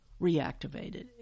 reactivated